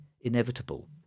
inevitable